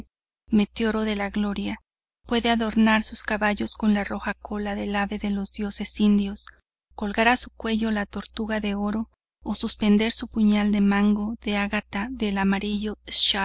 meteoro de la gloria puede adornar sus caballos con la roja cola del ave de los dioses indios colgar a su cuello la tortuga de oro o suspender su puñal de mango de ágata del amarillo